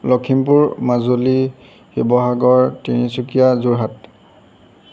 Lakhimpur Majuli Sivasagar Tinsukia Jorhat